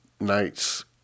nights